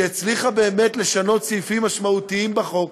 שהצליחה באמת לשנות סעיפים משמעותיים בחוק,